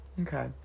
Okay